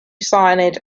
signage